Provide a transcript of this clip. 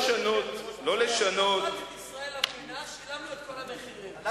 חבר הכנסת חסון, אתה